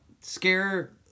Scare